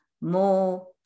more